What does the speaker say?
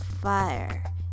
fire